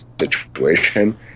situation